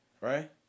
right